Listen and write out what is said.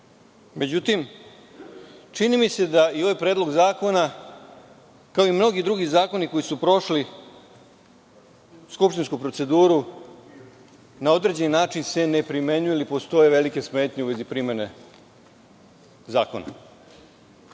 Međutim, čini mi se da i ovaj predlog zakona, kao i mnogi drugi zakoni koji su prošli skupštinsku proceduru, na određeni način se ne primenjuje ili postoje velike smetnje u vezi primene zakona. Imamo